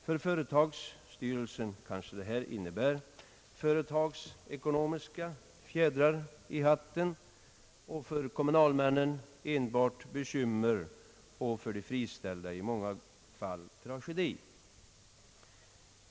För företagsstyrelsen innebär detta kanhända företagsekonomiska fjädrar i hatten, för kommunalmännen däremot enbart bekymmer samt för de friställda i många fall tragedi.